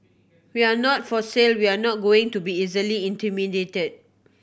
we're not for sale we're not going to be easily intimidated